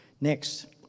Next